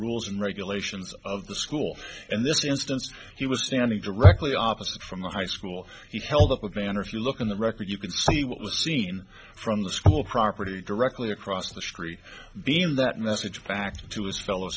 rules and regulations of the school and this instance he was standing directly opposite from the high school he held up a banner if you look in the record you can see what was seen from the school property directly across the street being that message back to his fellow